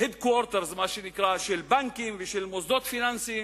headquarters של בנקים ושל מוסדות פיננסיים